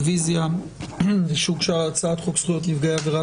אנחנו נמצאים בדיון ברביזיה שהוגשה הצעת חוק זכויות נפגעי עבירה